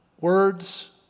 Words